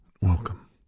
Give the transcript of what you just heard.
Welcome